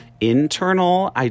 internal